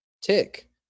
tick